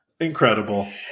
Incredible